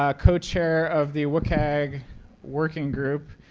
ah co-chair of the wcag working group,